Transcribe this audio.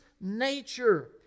nature